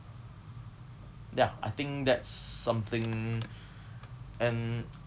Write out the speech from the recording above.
ya I think that's something and